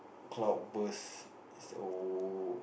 cloud burst so